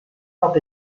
foc